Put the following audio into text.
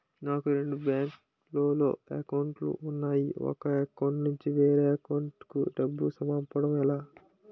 నాకు రెండు బ్యాంక్ లో లో అకౌంట్ లు ఉన్నాయి ఒక అకౌంట్ నుంచి వేరే అకౌంట్ కు డబ్బు పంపడం ఎలా?